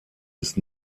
ist